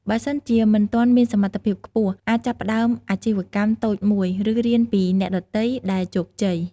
បើសិនជាមិនទាន់មានសត្ថភាពខ្ពស់ អាចចាប់ផ្តើមអាជីវកម្មតូចមួយ ឬរៀនពីអ្នកដទៃដែលជោគជ័យ។